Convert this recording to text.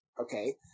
okay